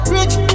Rich